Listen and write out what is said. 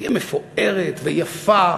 היא תהיה מפוארת ויפה,